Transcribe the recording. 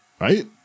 Right